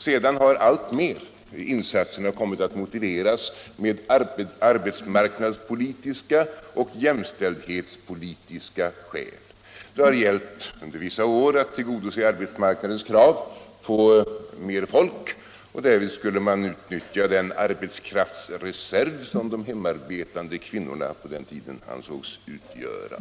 Sedan har insatserna alltmer kommit att motiveras med arbetsmarknadspolitiska och jämställdhetspolitiska skäl. Det har under vissa år gällt att tillgodose arbetsmarknadens krav på mer folk, och därvid skulle man utnyttja den arbetskraftsreserv som de hemarbetande kvinnorna på den tiden ansågs utgöra.